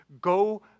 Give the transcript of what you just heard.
go